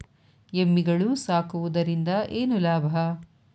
ಎಮ್ಮಿಗಳು ಸಾಕುವುದರಿಂದ ಏನು ಲಾಭ?